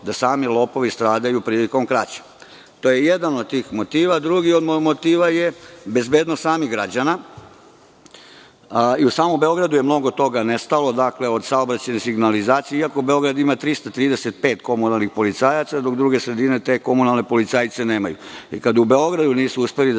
da sami lopovi stradaju prilikom krađe. To je jedan od motiva. Drugi od motiva je bezbednost samih građana. U samom Beogradu je mnogo toga nestalo od saobraćajne signalizacije, iako Beograd ima 335 komunalnih policajaca, dok druge sredine te komunalne policajce nemaju. Kada u Beogradu nisu uspeli da